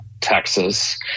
Texas